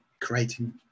creating